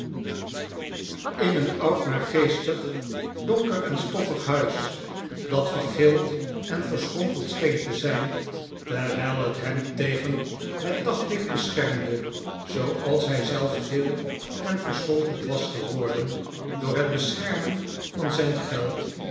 in een oud naargeestig donker en stoffig huis dat vergeeld en verschrompeld scheen te zijn terwijl het hem tegen het daglicht beschermde zooals hij zelf geel en verschrompeld was geworden door het beschermen van zijn geld